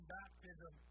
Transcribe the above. baptism